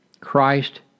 Christ